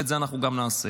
ואת זה אנחנו גם נעשה.